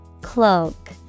cloak